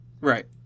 right